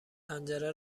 پنجره